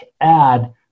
add